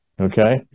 okay